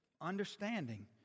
Understanding